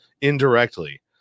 indirectly